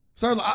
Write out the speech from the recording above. Sir